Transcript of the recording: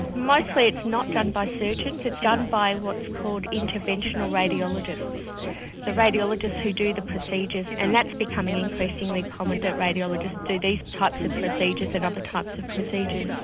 mostly it's not done by surgeons, it's done by what's called interventional radiologists the radiologists who do the procedures, and that's becoming increasingly common that radiologists do these types of procedures, and other types of procedures.